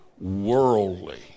worldly